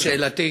הנה שאלתי: